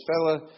fellow